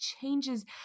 changes